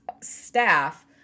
staff